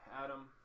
Adam